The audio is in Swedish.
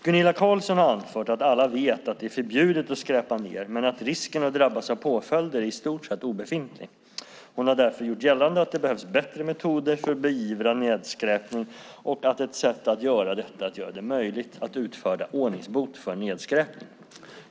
Gunilla Carlsson har anfört att alla vet att det är förbjudet att skräpa ned men att risken att drabbas av påföljder är i stort sett obefintlig. Hon har därför gjort gällande att det behövs bättre metoder för att beivra nedskräpning och att ett sätt att göra detta är att göra det möjligt att utfärda ordningsbot för nedskräpning.